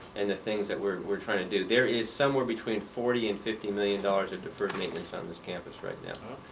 and the things that we're we're trying to do. there is somewhere between forty and fifty million dollars dollars in deferred maintenance on this campus right now.